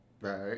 Right